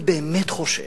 אני באמת חושב,